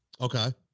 Okay